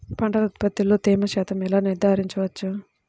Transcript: పంటల ఉత్పత్తిలో తేమ శాతంను ఎలా నిర్ధారించవచ్చు?